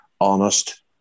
honest